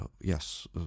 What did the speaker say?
yes